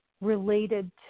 related